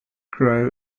grow